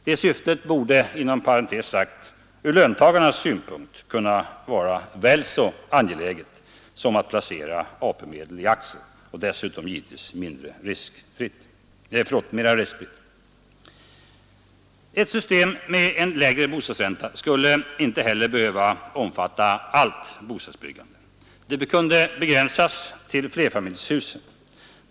Det syftet borde, inom parentes sagt, ur löntagarnas synpunkt vara väl så angeläget som att placera AP-medel i aktier och dessutom givetvis mera riskfritt. Ett system med en lägre bostadsränta skulle inte heller behöva omfatta allt bostadsbyggande. Det kunde begränsas till flerfamiljshusen.